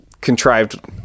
contrived